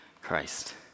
christ